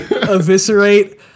Eviscerate